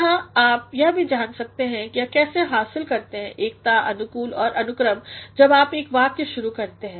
यहाँ आप यह भीजान सकते हैंकैसे हासिल करते हैं एकता अनुकूल और अनुक्रम जब आप एक वाक्य शुरू करते हैं